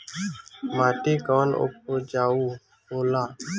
माटी कौन उपजाऊ होला?